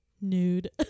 Nude